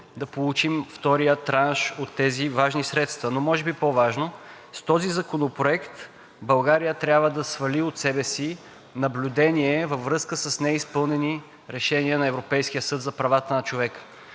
да получим втория транш от тези важни средства, но може би по-важно е, че с този законопроект България трябва да свали от себе си наблюдение във връзка с неизпълнени решения на Европейския съд за правата на човека.